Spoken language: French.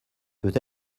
peut